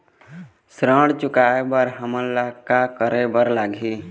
ऋण चुकाए बर हमन ला का करे बर लगही?